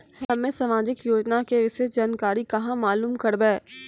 हम्मे समाजिक योजना के विशेष जानकारी कहाँ मालूम करबै?